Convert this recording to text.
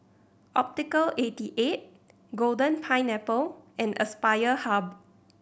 Optical eighty eight Golden Pineapple and Aspire Hub